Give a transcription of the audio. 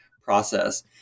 process